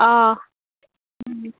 অ'